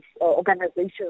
organizations